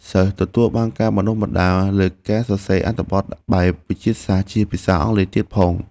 សិស្សទទួលបានការបណ្តុះបណ្តាលលើការសរសេរអត្ថបទបែបវិទ្យាសាស្ត្រជាភាសាអង់គ្លេសទៀតផង។